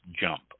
jump